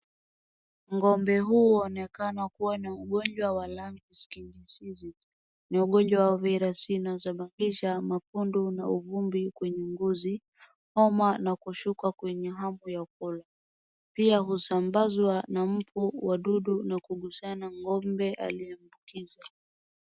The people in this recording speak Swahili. Ng’ombe huyu huonekana kuwa na ugonjwa wa langi sikinjishizi. Ni ugonjwa wa virusi unaosababisha mapundu na ugumbo kwenye mguu, homa, na kushuka kwenye hampa ya kola. Pia husambazwa na mpu wa dudu na kugusa na ng’ombe aliambukiza.